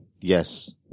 Yes